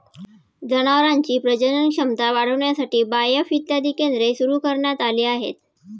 जनावरांची प्रजनन क्षमता वाढविण्यासाठी बाएफ इत्यादी केंद्रे सुरू करण्यात आली आहेत